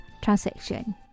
transaction